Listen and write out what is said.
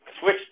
Switch